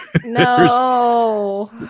no